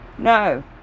no